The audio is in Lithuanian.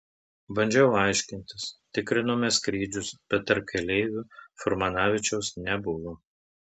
bandžiau aiškintis tikrinome skrydžius bet tarp keleivių furmanavičiaus nebuvo